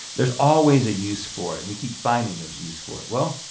there's always a use for it and we keep finding those use for it. well,